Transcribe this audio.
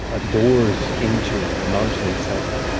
ah doors into the mountain itself.